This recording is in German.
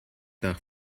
nach